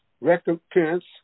recompense